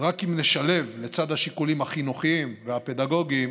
רק אם נשלב, לצד השיקולים החינוכיים והפדגוגיים,